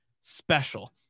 special